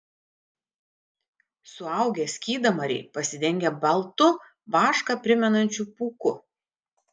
suaugę skydamariai pasidengę baltu vašką primenančiu pūku